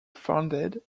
founded